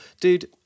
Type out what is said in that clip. Dude